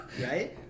right